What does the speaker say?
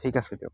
ঠিক আছে দিয়ক